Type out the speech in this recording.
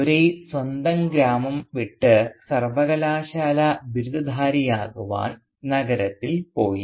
ദോരൈ സ്വന്തം ഗ്രാമം വിട്ട് സർവകലാശാല ബിരുദധാരിയാകുവാൻ നഗരത്തിൽ പോയി